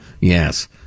Yes